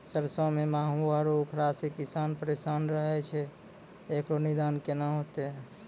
सरसों मे माहू आरु उखरा से किसान परेशान रहैय छैय, इकरो निदान केना होते?